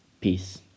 Peace